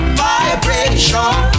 vibration